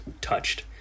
touched